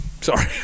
Sorry